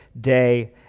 day